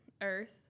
Earth